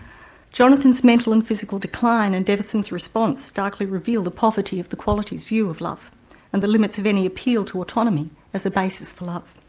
jonathan's mental and physical decline and deveson's response starkly reveal the poverty of the quality's view of love and the limits of any appeal to autonomy as a basis for love.